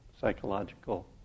psychological